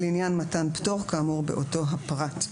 לעניין מתן פטור כאמור באותו פרט.